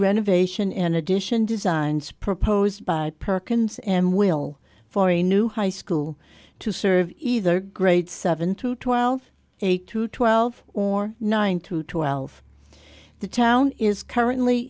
renovation and addition designs proposed by perkins and will for a new high school to serve either grade seven to twelve eight to twelve or nine to twelve the town is currently